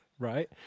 Right